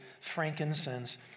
frankincense